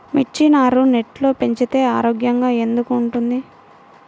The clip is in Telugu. మిర్చి నారు నెట్లో పెంచితే ఆరోగ్యంగా ఎందుకు ఉంటుంది?